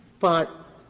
but